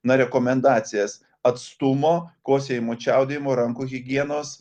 na rekomendacijas atstumo kosėjimo čiaudėjimo rankų higienos